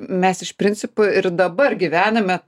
mes iš principo ir dabar gyvename